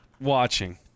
watching